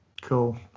Cool